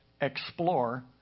explore